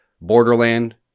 Borderland